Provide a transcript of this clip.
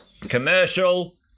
commercial